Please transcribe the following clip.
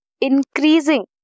increasing